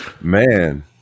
Man